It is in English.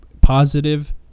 positive